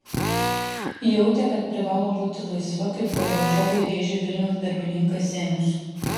jautė kad privalo būti laisva kaip gorbačiovui rėžė vilniaus darbininkas zenius